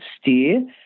steer